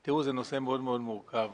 זה נושא מאוד מאוד מורכב.